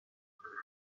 answered